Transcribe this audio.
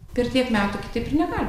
per tiek metų kitaip ir negali